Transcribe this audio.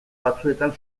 batzuetan